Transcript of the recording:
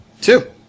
Two